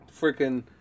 freaking